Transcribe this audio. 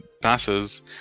passes